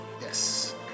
Yes